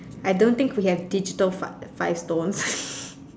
I don't know think we have digital five five stones